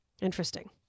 interesting